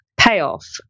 payoff